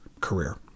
career